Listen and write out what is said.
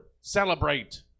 celebrate